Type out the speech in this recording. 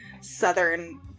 southern